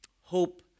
hope